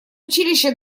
училища